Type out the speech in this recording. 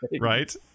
Right